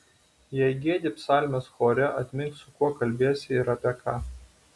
jei giedi psalmes chore atmink su kuo kalbiesi ir apie ką